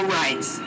rights